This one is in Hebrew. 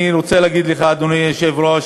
אני רוצה להגיד לך, אדוני היושב-ראש,